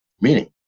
Meaning